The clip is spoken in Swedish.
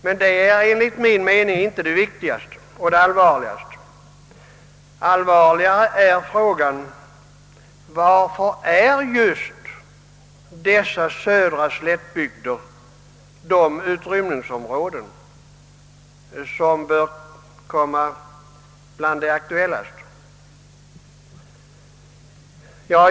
Men det är enligt min mening inte det viktigaste och allvarligaste. Allvarligare är frågan varför just dessa södra slättbygder tillhör de aktuellaste utrymningsområdena.